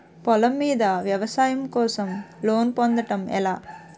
పొలం మీద వ్యవసాయం కోసం లోన్ పొందటం ఎలా?